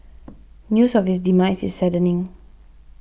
news of his demise is saddening